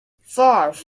five